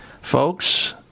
folks